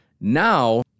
Now